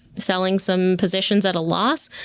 selling some positions at a loss,